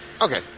Okay